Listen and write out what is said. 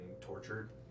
tortured